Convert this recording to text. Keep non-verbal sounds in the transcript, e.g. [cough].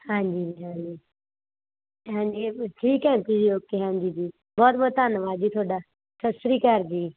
ਹਾਂਜੀ ਹਾਂਜੀ ਹਾਂਜੀ [unintelligible] ਠੀਕ ਹੈ ਆਂਟੀ ਜੀ ਓਕੇ ਹਾਂਜੀ ਜੀ ਬਹੁਤ ਬਹੁਤ ਧੰਨਵਾਦ ਜੀ ਤੁਹਾਡਾ ਸਤਿ ਸ਼੍ਰੀ ਅਕਾਲ ਜੀ